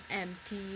empty